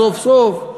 סוף-סוף,